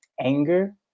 anger